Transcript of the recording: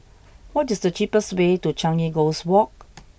what is the cheapest way to Changi Coast Walk